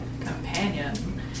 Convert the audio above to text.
companion